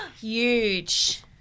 huge